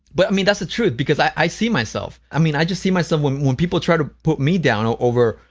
but, i mean, that's the truth because i i see myself, i mean, i just see myself when when people try to put me down over,